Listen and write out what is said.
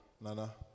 Nana